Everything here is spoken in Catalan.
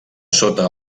sota